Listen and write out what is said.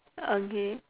okay